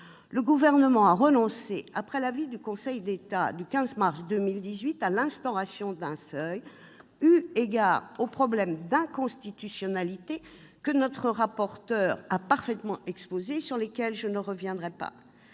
Le Gouvernement a renoncé, après l'avis du Conseil d'État du 15 mars 2018, à instaurer un seuil, eu égard aux risques d'inconstitutionnalité, que notre rapporteur a parfaitement exposés, et sur lesquels je ne reviendrai pas.